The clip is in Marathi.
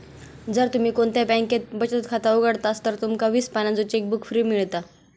जर तुम्ही कोणत्या बॅन्केत बचत खाता उघडतास तर तुमका वीस पानांचो चेकबुक फ्री मिळता